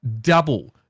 double